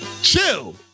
Chill